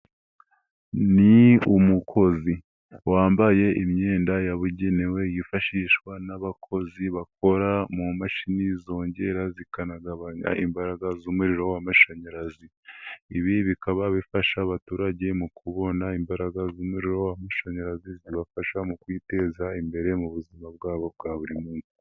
Ni umukozi wambaye imyenda yabugenewe yifashishwa n'abakozi bakora mu mashini zongera zikanagabanya imbaraga z'umuriro w'amashanyarazi, ibi bikaba bifasha abaturage mu kubona imbaragaz'umuriro w'amashanyarazi zibafasha mu kwiteza imbere mu buzima bwabo bwa buri munsi.